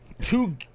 two